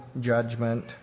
judgment